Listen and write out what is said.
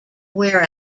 wear